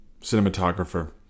cinematographer